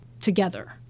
together